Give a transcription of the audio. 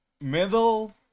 middle